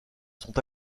sont